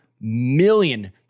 million